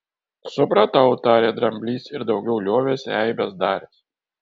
supratau tarė dramblys ir daugiau liovėsi eibes daręs